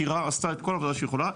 טירה עשתה את כל העבודה שהיא יכולה.